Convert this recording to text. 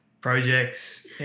projects